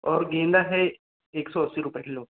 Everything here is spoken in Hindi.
और गेंदा है एक सौ अस्सी रुपए किलो